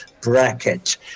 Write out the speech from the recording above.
bracket